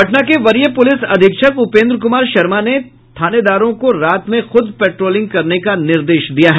पटना के वरीय पूलिस अधीक्षक उपेन्द्र कुमार शर्मा ने थानेदारों को रात में खूद पेट्रोलिंग करने का निर्देश दिया है